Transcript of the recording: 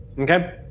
Okay